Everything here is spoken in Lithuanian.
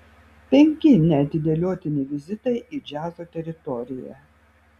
penki neatidėliotini vizitai į džiazo teritoriją